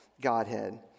Godhead